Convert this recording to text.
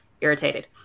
irritated